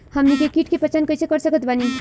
हमनी के कीट के पहचान कइसे कर सकत बानी?